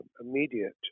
immediate